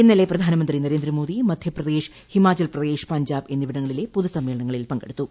ഇന്നലെ പ്രധാനമന്ത്രി നരേന്ദ്രമോദി മധ്യപ്രദേശ് ഹിമാചൽ പ്രദേശ് പഞ്ചാബ് എന്നിവിടങ്ങളിലെ പൊതുസമ്മേളനങ്ങളിൽ പങ്കെടുത്തു